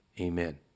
Amen